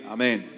Amen